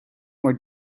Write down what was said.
were